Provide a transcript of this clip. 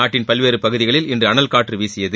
நாட்டின் பல்வேறு பகுதிகளில் இன்று அனல் காற்று வீசியது